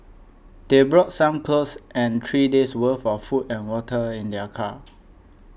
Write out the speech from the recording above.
they brought some clothes and three days' worth of food and water in their car